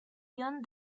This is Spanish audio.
guion